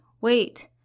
wait